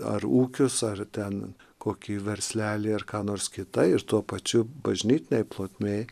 ar ūkius ar ten kokį verslelį ar ką nors kita ir tuo pačiu bažnytinėj plotmėj